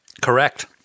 Correct